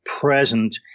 present